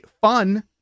fun